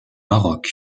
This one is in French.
maroc